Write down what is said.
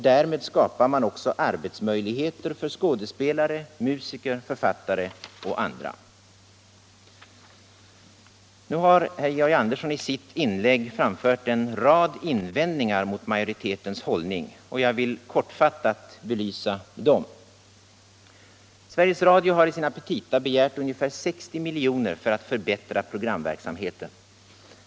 Därmed skapar man också arbetsmöjligheter för skådespelare, musiker, författare och andra. Nu har herr Georg Andersson i sitt inlägg framfört en rad invändningar mot majoritetens hållning och jag vill kortfattat belysa dem. Sveriges Radio har i sina petita begärt ungefär 60 milj.kr. för att förbättra programverksamheten.